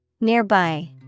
Nearby